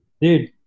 Dude